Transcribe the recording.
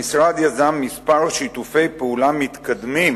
המשרד יזם כמה שיתופי פעולה מתקדמים